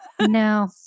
No